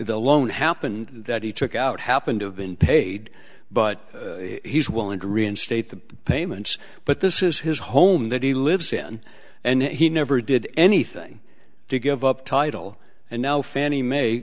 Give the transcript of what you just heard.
the loan happened that he took out happened to have been paid but he's willing to reinstate the payments but this is his home that he lives in and he never did anything to give up title and now fannie ma